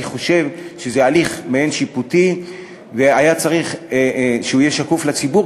אני חושב שזה הליך מעין-שיפוטי והיה צריך שהוא יהיה שקוף לציבור,